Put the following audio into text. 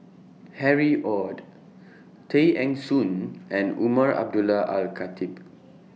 Harry ORD Tay Eng Soon and Umar Abdullah Al Khatib